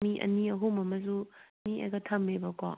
ꯃꯤ ꯑꯅꯤ ꯑꯍꯨꯝ ꯑꯃꯁꯨ ꯅꯦꯛꯑꯒ ꯊꯝꯃꯦꯕꯀꯣ